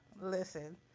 Listen